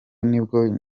nibwo